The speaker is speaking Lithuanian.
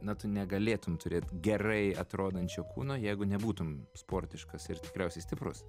na tu negalėtum turėt gerai atrodančio kūno jeigu nebūtum sportiškas ir tikriausiai stiprus